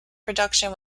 production